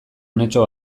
unetxo